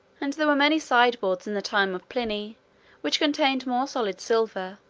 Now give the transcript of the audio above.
and there were many sideboards in the time of pliny which contained more solid silver,